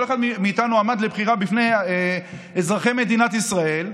כל אחד מאיתנו עמד לבחירה בפני אזרחי מדינת ישראל.